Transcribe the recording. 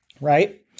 Right